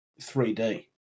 3D